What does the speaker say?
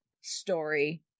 story